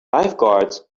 lifeguards